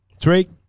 Drake